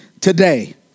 today